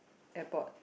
airport